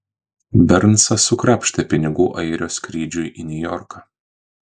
bernsas sukrapštė pinigų airio skrydžiui į niujorką